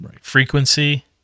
frequency